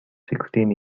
sixteen